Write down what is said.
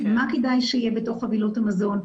מה כדאי שיהיה בתוך חבילות המזון.